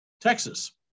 Texas